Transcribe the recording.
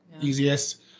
easiest